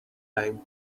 time